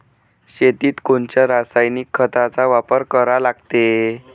शेतीत कोनच्या रासायनिक खताचा वापर करा लागते?